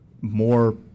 more